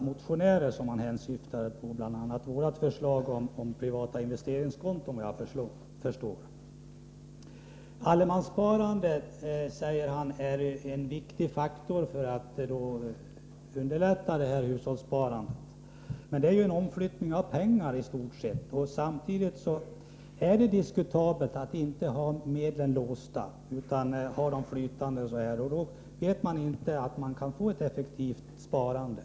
Efter vad jag förstår hänsyftade Paul Jansson bl.a. på vårt förslag om privata investeringskonton. Allemanssparandet är en viktig faktor när det gäller att underlätta hushållssparandet, sade Paul Jansson. Men det handlar ju i stort sett om en omflyttning av pengar. Samtidigt är det diskutabelt om det är bra att inte ha medlen låsta. Om man har dem helt obundna vet man inte om det går att åstadkomma ett effektivt sparande.